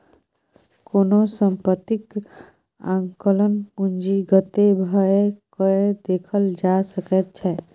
कोनो सम्पत्तीक आंकलन पूंजीगते भए कय देखल जा सकैत छै